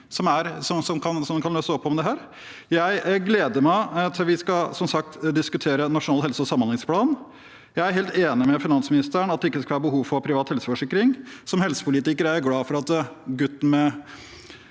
som kan løse dette. Jeg gleder meg til vi skal diskutere Nasjonal helse- og samhandlingsplan. Jeg er helt enig med finansministeren i at det ikke skal være behov for å ha privat helseforsikring. Som helsepolitiker er jeg glad for at gutten med